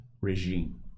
regime